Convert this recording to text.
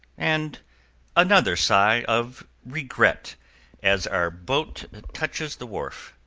and another sigh of regret as our boat touches the wharf,